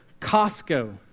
Costco